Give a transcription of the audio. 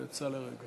גברתי.